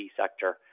sector